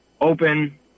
open